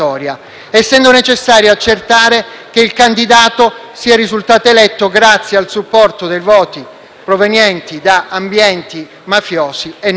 che il candidato sia risultato eletto grazie al supporto dei voti provenienti da ambienti mafiosi e non da ambienti sani.